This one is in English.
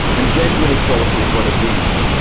and gender inequality is one of these.